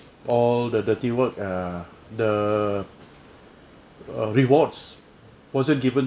all the dirty work err the rewards wasn't given